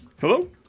Hello